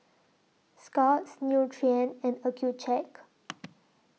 Scott's Nutren and Accucheck